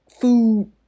food